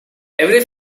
every